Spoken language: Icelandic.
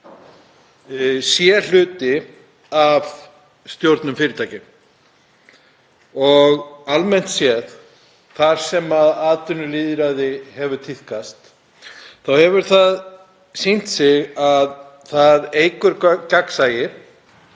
sé hluti af stjórnum fyrirtækja. Almennt séð þar sem atvinnulýðræði hefur tíðkast þá hefur það sýnt sig að það eykur gegnsæi,